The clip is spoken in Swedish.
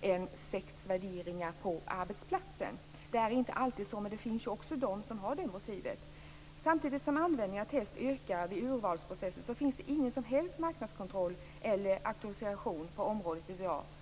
en sekts värderingar på arbetsplatsen. Det är inte alltid så, men det finns ju de som har det motivet. Samtidigt som användningen av test ökar vid urvalsprocesser finns det ingen som helst marknadskontroll eller auktorisation på området i dag.